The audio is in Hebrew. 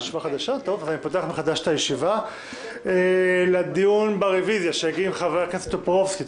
אני פותח את הישיבה לדיון ברביזיה שהגיש חבר הכנסת טופורובסקי.